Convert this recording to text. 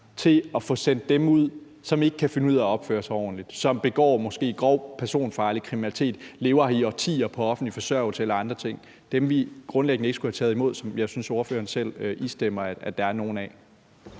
for at få sendt dem ud, som ikke kan finde ud af at opføre sig ordentligt, og som måske begår grov personfarlig kriminalitet, lever her i årtier på offentlig forsørgelse eller andre ting – dem, vi grundlæggende ikke skulle have taget imod, og som jeg synes ordføreren selv istemmer at der er nogle af.